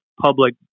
public